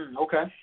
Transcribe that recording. okay